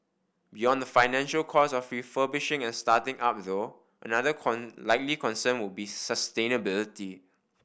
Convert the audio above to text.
beyond the financial costs of refurbishing and starting up though another likely concern will be sustainability